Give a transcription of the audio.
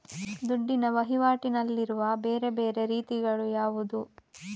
ದುಡ್ಡಿನ ವಹಿವಾಟಿನಲ್ಲಿರುವ ಬೇರೆ ಬೇರೆ ರೀತಿಗಳು ಯಾವುದು?